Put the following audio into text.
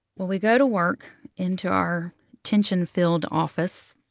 we go to work into our tension-filled office,